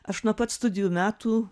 aš nuo pat studijų metų